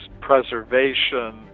Preservation